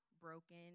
broken